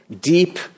deep